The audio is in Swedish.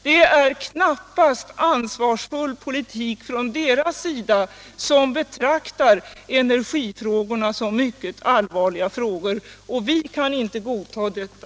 Det är knappast ansvarsfull politik från deras sida som betraktar energifrågorna som mycket allvarliga frågor, och vi kan inte godta detta.